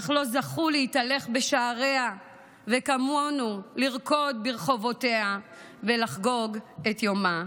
אך לא זכו להתהלך בשעריה וכמונו לרקוד ברחובותיה ולחגוג את יומה.